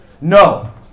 No